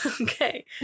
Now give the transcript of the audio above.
Okay